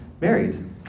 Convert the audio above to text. married